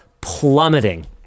plummeting